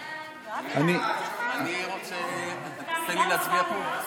1. מהו שיעור ההעסקה של אנשים עם מוגבלויות במגזר הציבורי כיום?